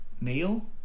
Neil